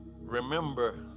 Remember